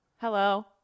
Hello